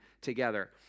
together